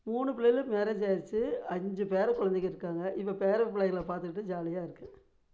மூணு பிள்ளைங்களுக்கு மேரேஜ் ஆயிருச்சு அஞ்சு பேரை குழந்தைங்க இருக்காங்க இப்போ பேரன் பிள்ளைங்கள பார்த்துக்கிட்டு ஜாலியாக இருக்கேன்